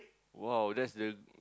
!wow! that's the